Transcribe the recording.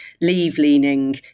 leave-leaning